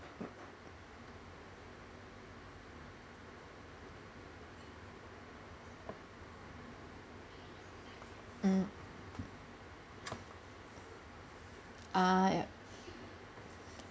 mm ah ya